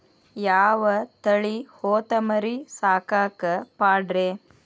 ಯಾವ ತಳಿ ಹೊತಮರಿ ಸಾಕಾಕ ಪಾಡ್ರೇ?